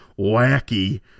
wacky